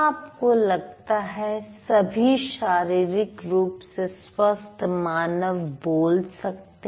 क्या आपको लगता है सभी शारीरिक रूप से स्वस्थ मानव बोल सकते हैं